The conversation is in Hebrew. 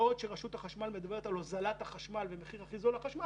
בעוד שרשות החשמל מדברת על הוזלת החשמל ומחיר הכי זול לחשמל,